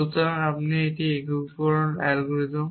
সুতরাং এই একীকরণ অ্যালগরিদম